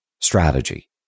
strategy